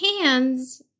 hands